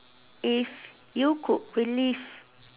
if you could relieve